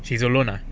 she's alone ah